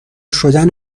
شدن